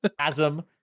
chasm